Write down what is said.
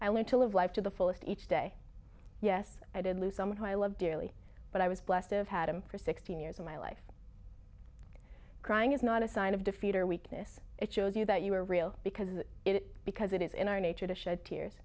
learned to live life to the fullest each day yes i did lose someone who i love dearly but i was blessed to have had him for sixteen years of my life crying is not a sign of defeat or weakness it shows you that you are real because it because it is in our nature to shed tears